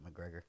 McGregor